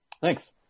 Thanks